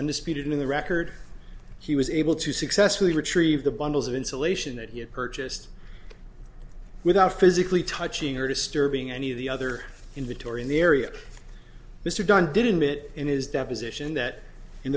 undisputed in the record he was able to successfully retrieve the bundles of insulation that he had purchased without physically touching or disturbing any of the other inventory in the area mr dunn did it in his deposition that in